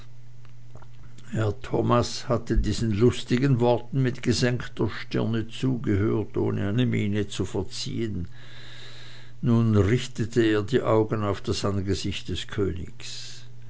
thomas hatte diesen lustigen worten mit gesenkter stirne zugehört ohne eine miene zu verziehen nun richtete er die augen auf das angesicht des königs